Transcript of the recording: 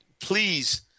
please